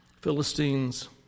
Philistines